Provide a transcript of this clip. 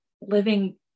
living